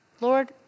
Lord